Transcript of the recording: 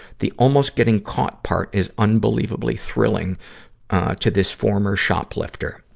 the almost getting caught part is unbelievably thrilling to this former shoplifter.